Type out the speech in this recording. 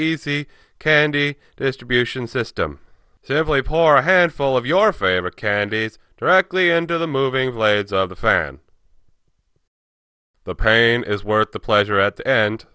easy candy distribution system heavily pour a handful of your favorite candidate directly into the moving blades of the fan the pain is worth the pleasure at the end